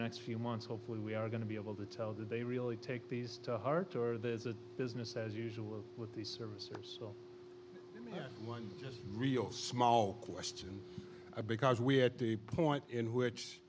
next few months hopefully we are going to be able to tell that they really take these to heart or this is a business as usual with the service that one real small question because we at the point in which